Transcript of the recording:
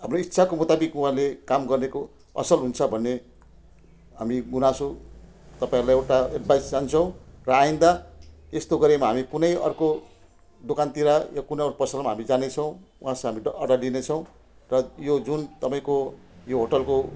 हाम्रो इच्छाको मुताबिक उहाँले काम गर्नेको असल हुन्छ भन्ने हामी गुनासो तपाईँलाई एउटा एडभाइस चाहन्छौँ र आइन्दा यस्तो गरेमा हामी कुनै अर्को दोकानतिर या कुनै अरू पसलमा हामी जानेछौँ उहाँसँग हामीले अर्डर दिनेछौँ र यो जुन तपाईँको यो होटलको